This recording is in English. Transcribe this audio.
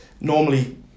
normally